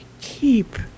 keep